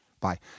Bye